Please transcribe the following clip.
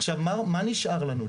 עכשיו מה נשאר לנו?